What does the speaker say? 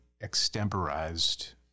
extemporized